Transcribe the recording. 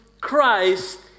Christ